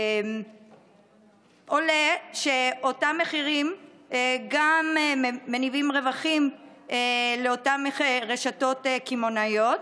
עולה שאותם מחירים גם מניבים רווחים לאותן רשתות קמעונאיות,